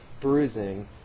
bruising